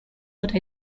but